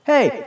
Hey